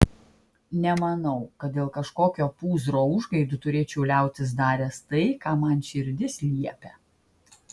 nemanau kad dėl kažkokio pūzro užgaidų turėčiau liautis daręs tai ką man širdis liepia